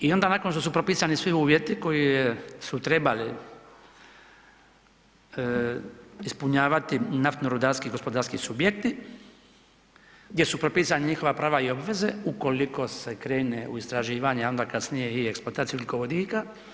I onda nakon što su propisani svi uvjeti koji su trebali ispunjavati naftno-rudarski gospodarski subjekti, gdje su propisani njihova prava i obveze, ukoliko se krene u istraživanje, a onda kasnije i eksploataciju ugljikovodika.